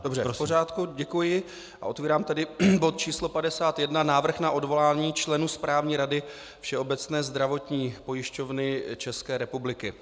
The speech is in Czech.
Dobře, v pořádku, děkuji a otevírám tedy bod číslo 51, Návrh na odvolání členů Správní rady Všeobecné zdravotní pojišťovny České republiky.